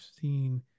seen